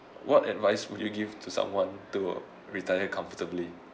what advice would you give to someone to retire comfortably